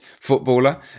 footballer